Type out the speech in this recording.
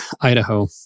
Idaho